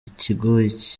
ikigoyi